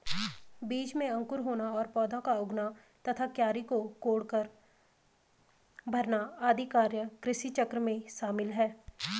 बीज में अंकुर होना और पौधा का उगना तथा क्यारी को कोड़कर भरना आदि कार्य कृषिचक्र में शामिल है